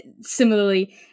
similarly